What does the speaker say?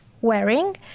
wearing